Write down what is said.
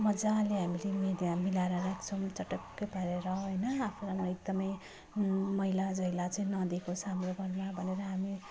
मजाले हामीले नि त्यहाँ मिलाएर राख्छौँ चटक्कै पारेर हैन आफूलाई पनि एकदमै मैलाझैला चाहिँ नदेखोस् हाम्रो घरमा भनेर हामी